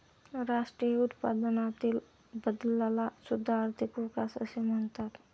राष्ट्रीय उत्पन्नातील बदलाला सुद्धा आर्थिक विकास असे म्हणतात